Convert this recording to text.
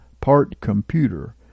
part-computer